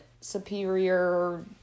superior